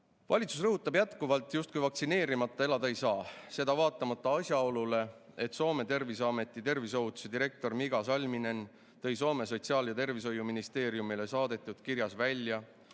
rõhutab jätkuvalt, justkui vaktsineerimata elada ei saa. Seda vaatamata asjaolule, et Soome Terviseameti terviseohutuse direktor Mika Salminen tõi Soome sotsiaal- ja tervishoiuministeeriumile saadetud kirjas välja,